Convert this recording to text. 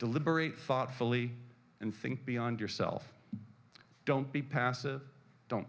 deliberate thoughtfully and think beyond yourself don't be passive don't